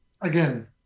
again